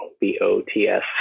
b-o-t-s